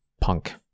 punk